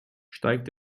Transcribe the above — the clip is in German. steigt